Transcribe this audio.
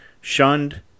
shunned